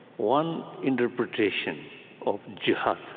one interpretation of jihad,